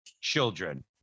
children